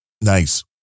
nice